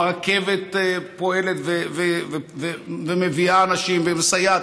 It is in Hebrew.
הרכבת פועלת ומביאה אנשים ומסייעת,